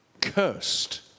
Cursed